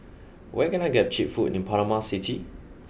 where can I get cheap food in Panama City